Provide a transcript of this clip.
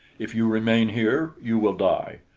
if you remain here, you will die.